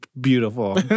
beautiful